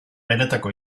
benetako